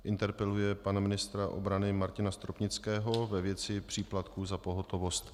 Interpeluje pana ministra obrany Martina Stropnického ve věci příplatků za pohotovost.